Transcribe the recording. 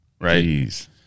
right